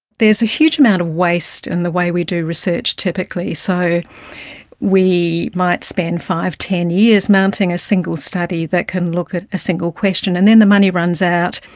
there's a huge amount of waste in the way we do research typically. so we might spend five, ten years mounting a single study that can look at a single question, and then the money runs out.